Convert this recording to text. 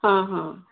ହଁ ହଁ